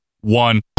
one